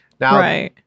Now